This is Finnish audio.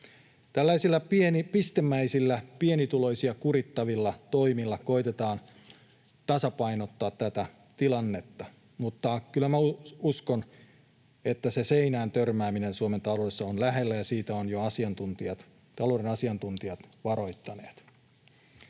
Tällaisilla pistemäisillä pienituloisia kurittavilla toimilla koetetaan tasapainottaa tätä tilannetta, mutta kyllä minä uskon, että se seinään törmääminen Suomen taloudessa on lähellä, ja siitä ovat jo talouden asiantuntijat varoittaneet.